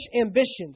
ambitions